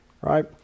right